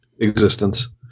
existence